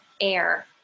air